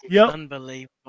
Unbelievable